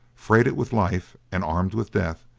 freighted with life and armed with death,